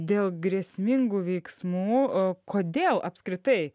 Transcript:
dėl grėsmingų veiksmų kodėl apskritai